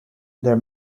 their